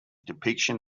depiction